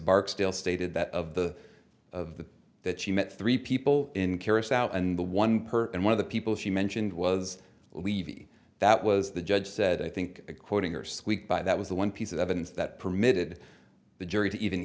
barksdale stated that of the of the that she met three people in curacao and the one per and one of the people she mentioned was levy that was the judge said i think quoting or squeak by that was the one piece of evidence that permitted the jury to e